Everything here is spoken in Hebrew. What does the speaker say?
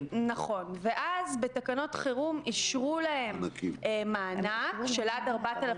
ואז בתקנות חרום אישרו להם מענק של עד 4,000